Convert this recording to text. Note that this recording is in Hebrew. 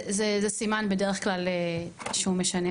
סימן בדרך כלל, שהוא משנה.